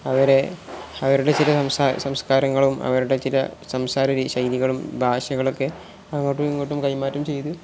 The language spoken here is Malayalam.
അവരെ അവരുടെ ചില സംസാര സംസ്കാരങ്ങളും അവരുടെ ചില സംസാര രീ ശൈലികളും ഭാഷകളൊക്കെ അങ്ങോട്ടും ഇങ്ങോട്ടും കൈമാറ്റം ചെയ്ത്